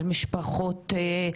על משפחות,